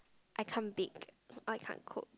I can't bake I can't cook